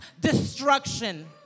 destruction